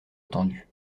attendu